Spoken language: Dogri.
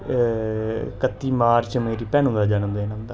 कत्ती मार्च मेरी भैनू दा जन्मदिन औंदा